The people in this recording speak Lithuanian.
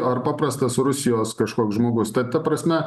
ar paprastas rusijos kažkoks žmogus ta ta prasme